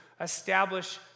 establish